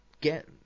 get